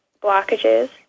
blockages